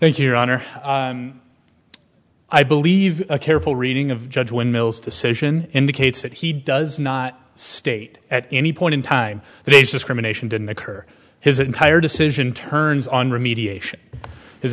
you your honor i believe a careful reading of judge windmill's decision indicates that he does not state at any point in time that age discrimination didn't occur his entire decision turns on remediation his